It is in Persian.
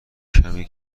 کمی